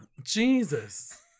Jesus